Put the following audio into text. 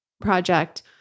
project